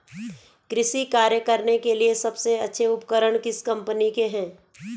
कृषि कार्य करने के लिए सबसे अच्छे उपकरण किस कंपनी के हैं?